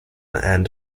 and